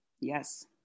Yes